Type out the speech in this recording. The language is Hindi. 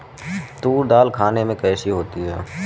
तूर दाल खाने में कैसी होती है?